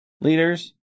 leaders